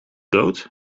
groot